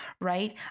right